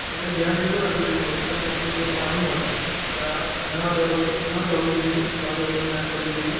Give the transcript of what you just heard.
અને ધ્યાન એટલું રાખવું જોઈએ વરસાદમાં કે જ્યાં પાણી હોય ત્યાં ન દોડવું જોઈએ ભાગા દોડી ન કરવી જોઈએ